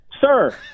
Sir